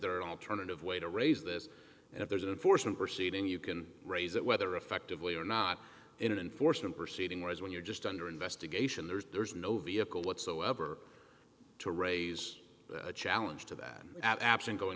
there an alternative way to raise this and if there's an unfortunate proceed in you can raise it whether effectively or not in an enforcement proceeding whereas when you're just under investigation there's no vehicle whatsoever to raise a challenge to that absent going